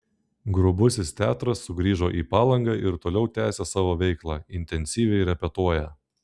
grubusis teatras sugrįžo į palangą ir toliau tęsią savo veiklą intensyviai repetuoja